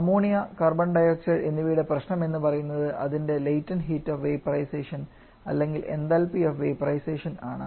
ammonia carbon dioxide എന്നിവയുടെ പ്രശ്നം എന്ന് പറയുന്നത് അതിൻറെ ലെറ്റന്റ് ഹീറ്റ് ഓഫ് വേപോറൈസെഷൻ അല്ലെങ്കിൽ എന്തൽപി ഓഫ് വേപോറൈസെഷൻ ആണ്